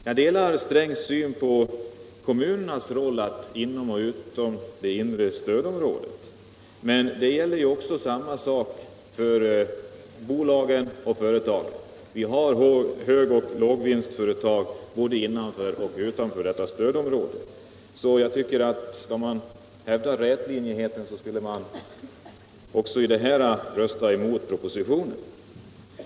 Jag delar herr Strängs syn på kommunernas roll inom och utom det inre stödområdet, men samma sak gäller ju för bolagen och företagen. Vi har högoch lågvinstföretag både innanför och utanför detta stödområde. Vill man hävda rätlinjigheten, tycker jag att man också i det här avseendet skulle rösta emot propositionen.